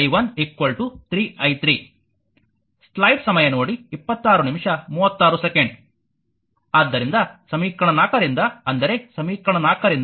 i 1 3 i 3 ಆದ್ದರಿಂದ ಸಮೀಕರಣ 4 ರಿಂದ ಅಂದರೆ ಸಮೀಕರಣ 4 ರಿಂದ